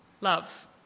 Love